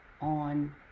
on